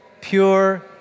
pure